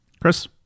Chris